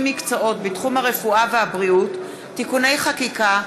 מקצועות בתחום הרפואה והבריאות (תיקוני חקיקה),